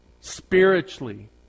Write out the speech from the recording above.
spiritually